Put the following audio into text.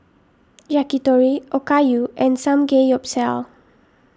Yakitori Okayu and Samgeyopsal